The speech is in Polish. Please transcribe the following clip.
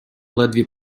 ledwie